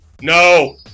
No